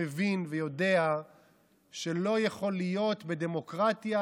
מבין ויודע שלא יכול להיות בדמוקרטיה